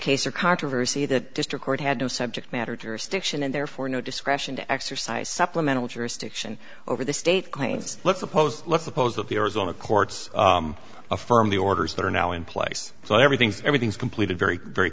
case or controversy the district court had no subject matter jurisdiction and therefore no discretion to exercise supplemental jurisdiction over the state claims let's suppose let's suppose that the arizona courts affirm the orders that are now in place so everything's everything's completed very very